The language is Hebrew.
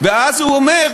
ואז הוא אומר: